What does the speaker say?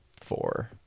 four